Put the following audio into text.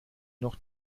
noch